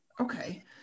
Okay